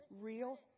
Real